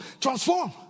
transform